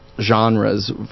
genres